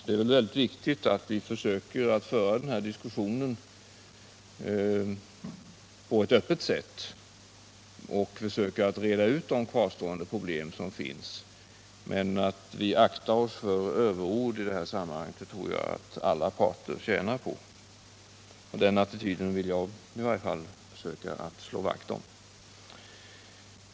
Det är mycket viktigt att vi försöker föra den här diskussionen på ett öppet sätt och försöker reda ut de problem som kvarstår men att vi aktar oss för överord — det tror jag att alla parter tjänar på! Den attityden vill jag i varje fall försöka slå vakt om.